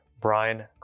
Brian